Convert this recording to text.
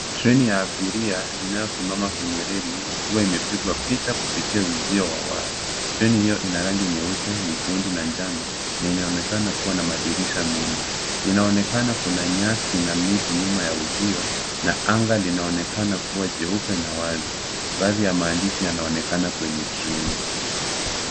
Treni ya abiria inayosimama kwenye reli ikiwa imepigwa picha kupitia uzio wa waya. Treni hiyo ina rangi nyeupe, nyekundu na njano na inaonekana kuwa na madirisha mengi. Inaonekana kuna nyasi na miti nyuma ya uzio na anga linaonekana kuwa jeupe na wazi. Baadi ya maandishi yanaonekana kwenye treni.